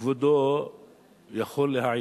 כבודו יכול להעיד.